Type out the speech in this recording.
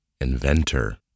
inventor